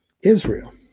Israel